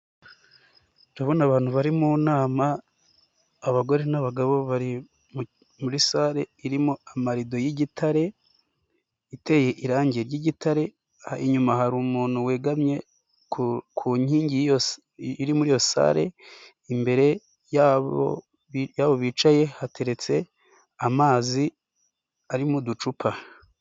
Ndabona abantu bari mu nama, abagore n'abagabo muri salle irimo amarido y'igitare, iteye irangi ryigitare, inyuma hari umuntu wegamye ku nkingi, iri muri iyo salle, imbere yabo bicaye hateretse amazi ari mu ducupa.